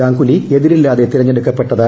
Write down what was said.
ഗാംഗുലി എതിരില്ലാതെ തെരഞ്ഞെടുക്കപ്പെട്ടത്